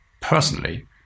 personally